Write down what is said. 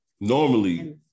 Normally